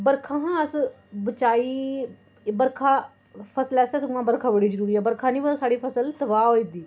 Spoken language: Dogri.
बरखा हा अस बचाई बरखा फसलै आस्तै सगुआं बरखा बड़ी जरूरी ऐ बरखा नेईं होऐ ते साढ़ी फसल तबाह् होई दी